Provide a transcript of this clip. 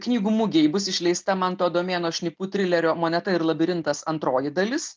knygų mugėj bus išleista manto adomėno šnipų trilerio moneta ir labirintas antroji dalis